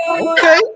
Okay